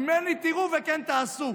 ממני תראו וכן תעשו.